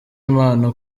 impano